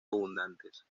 abundantes